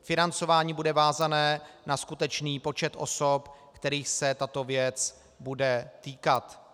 Financování bude vázané na skutečný počet osob, kterých se tato věc bude týkat.